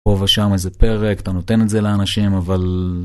פה ושם איזה פרק אתה נותן את זה לאנשים אבל.